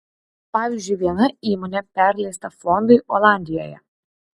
pavyzdžiui viena įmonė perleista fondui olandijoje